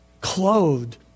clothed